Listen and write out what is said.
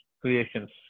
creations